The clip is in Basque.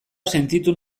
sentitu